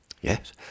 Yes